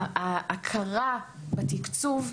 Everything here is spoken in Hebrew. ההכרה בתקצוב,